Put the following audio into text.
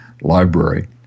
Library